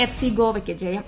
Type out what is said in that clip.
FC ഗോവയ്ക്ക് ജയം